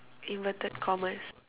inverted commas